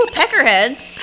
peckerheads